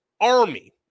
army